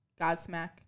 Godsmack